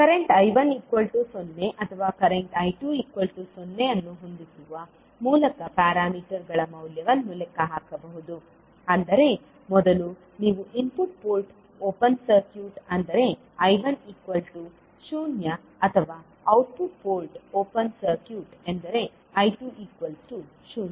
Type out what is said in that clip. current I10 ಅಥವಾ current I20 ಅನ್ನು ಹೊಂದಿಸುವ ಮೂಲಕ ಪ್ಯಾರಾಮೀಟರ್ಗಳ ಮೌಲ್ಯವನ್ನು ಲೆಕ್ಕಹಾಕಬಹುದು ಅಂದರೆ ಮೊದಲು ನೀವು ಇನ್ಪುಟ್ ಪೋರ್ಟ್ ಓಪನ್ ಸರ್ಕ್ಯೂಟ್ ಅಂದರೆ I10 ಅಥವಾ ಔಟ್ಪುಟ್ ಪೋರ್ಟ್ ಓಪನ್ ಸರ್ಕ್ಯೂಟ್ ಎಂದರೆ I20